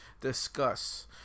discuss